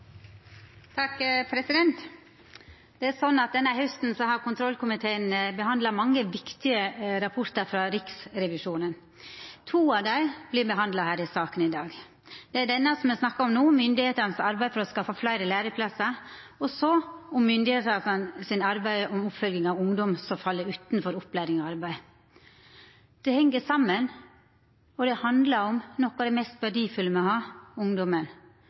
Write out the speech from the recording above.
Denne hausten har kontrollkomiteen behandla mange viktige rapportar frå Riksrevisjonen. To av dei vert behandla her i salen i dag. Den eine er rapporten me snakkar om no, om myndigheitene sitt arbeid for å skaffa fleire læreplassar. Den andre er om myndigheitene sitt arbeid for oppfølging av ungdom som fell utanfor opplæring og arbeid. Dette heng saman, og det handlar om noko av det mest verdifulle me har, ungdomen,